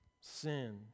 sin